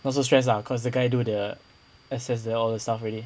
not so stress lah cause the guy do the access the all the stuff already